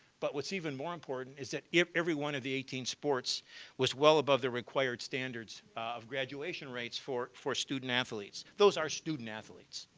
but what's even more important is that if every one of the eighteen sports was well above the required standards of graduation rates for for student athletes. those are student athletes.